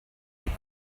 les